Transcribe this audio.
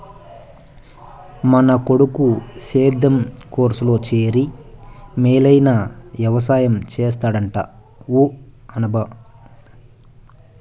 మన కొడుకు సేద్యం కోర్సులో చేరి మేలైన వెవసాయం చేస్తాడంట ఊ అనబ్బా